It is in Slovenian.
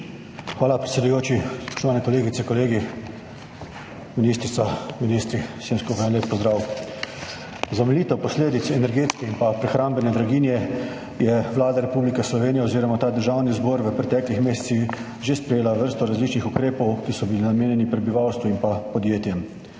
Hvala predsedujoči. Spoštovane kolegice, kolegi, ministrica, ministri, vsem skupaj lep pozdrav! Za omilitev posledic energetske in prehrambne draginje je Vlada Republike Slovenije oziroma Državni zbor v preteklih mesecih že sprejel vrsto različnih ukrepov, ki so bili namenjeni prebivalstvu in pa podjetjem.